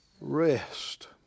rest